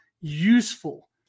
useful